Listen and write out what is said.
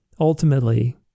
Ultimately